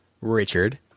Richard